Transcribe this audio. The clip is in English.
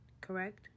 correct